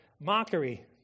mockery